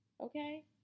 Okay